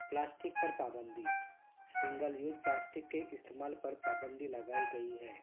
plastic پر پابندی single use plastic کے استعمال پر پابندی لگائی گئی ہے